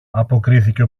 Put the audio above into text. αποκρίθηκε